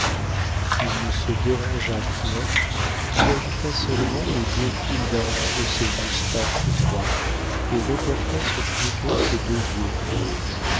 il ne se dérangea point il agita seulement les deux fils d'argent de ses moustaches droites et reporta sur schmuke ses deux yeux d'or